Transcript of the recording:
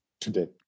today